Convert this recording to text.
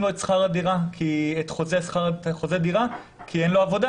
לו את חוזה שכר הדירה כי אין לו עבודה.